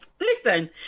Listen